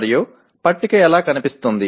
మరియు పట్టిక ఎలా కనిపిస్తుంది